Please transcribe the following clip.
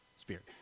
spirit